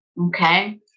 Okay